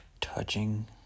touching